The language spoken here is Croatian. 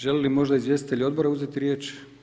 Želi li možda izvjestitelj odbora uzeti riječ?